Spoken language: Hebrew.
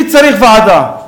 מי צריך ועדה?